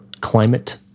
climate